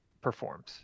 performs